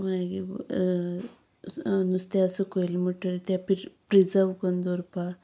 मागीर नुस्त्या सुकयले म्हणटकच तें प्रिजर्व करून दवरपाक